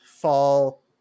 fall